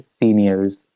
seniors